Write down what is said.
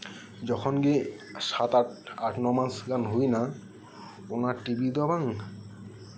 ᱡᱚᱠᱷᱚᱱ ᱜᱮ ᱥᱟᱛ ᱟᱴ ᱢᱟᱥ ᱱᱚ ᱢᱟᱥ ᱦᱳᱭ ᱮᱱᱟ ᱚᱱᱟ ᱴᱤᱵᱷᱤ ᱫᱚ ᱵᱟᱝ